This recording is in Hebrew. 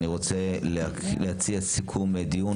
אני רוצה להציע סיכום דיון,